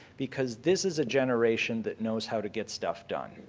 because this is a generation that knows how to get stuff done.